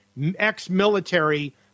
ex-military